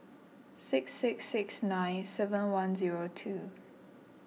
six six six nine seven one zero two